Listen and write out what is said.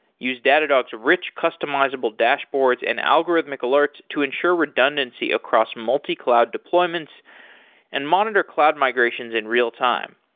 use datadog's rich customizable dashboards and algorithmic alerts to ensure redundancy across multi-cloud deployments and monitor cloud migrations in real-time.